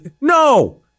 No